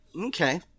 Okay